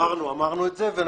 אמרנו את זה.